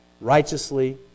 righteously